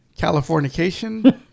californication